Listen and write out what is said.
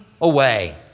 away